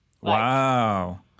Wow